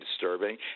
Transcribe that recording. disturbing